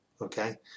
okay